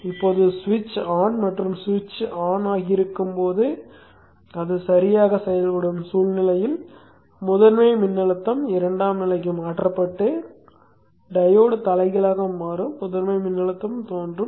இப்போது ஸ்விட்ச் ஆன் மற்றும் ஸ்விட்ச் ஆன் ஆகியிருக்கும் போது அது சரியாகச் செயல்படும் சூழ்நிலையில் முதன்மை மின்னழுத்தம் இரண்டாம் நிலைக்கு மாற்றப்பட்டு டையோடு தலைகீழாக மாறும் முதன்மை மின்னழுத்தம் தோன்றும்